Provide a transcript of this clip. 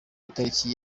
itariki